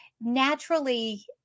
naturally